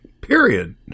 period